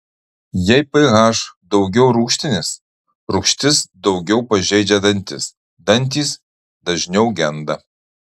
jei ph daugiau rūgštinis rūgštis daugiau pažeidžia dantis dantys dažniau genda